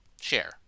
share